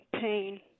pain